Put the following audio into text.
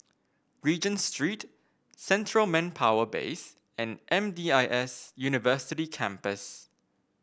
Regent Street Central Manpower Base and M D I S University Campus